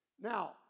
Now